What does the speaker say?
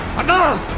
and